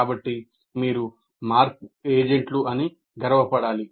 కాబట్టి మీరు మార్పు ఏజెంట్లు అని గర్వపడాలి